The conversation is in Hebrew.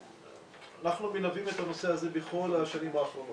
אנחנו מלווים את הנושא הזה בכל השנים האחרונות,